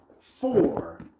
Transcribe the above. four